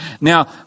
now